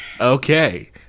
Okay